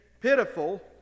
pitiful